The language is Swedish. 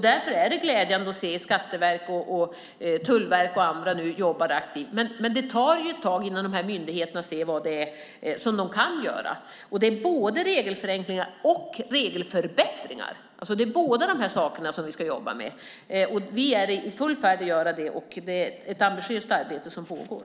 Därför är det glädjande att se att skatteverk, tullverk och andra jobbar aktivt. Det tar dock ett tag innan myndigheterna ser vad de kan göra. Vi ska jobba med både regelförändringar och regelförbättringar, och vi är i full färd med det. Det är ett ambitiöst arbete som pågår.